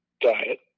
diet